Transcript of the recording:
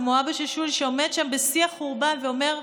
כמו אבא של שולי, שעומד שם בשיא החורבן, ואומר: